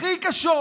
הכי קשות.